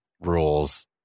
rules